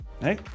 hey